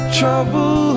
trouble